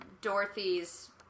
Dorothy's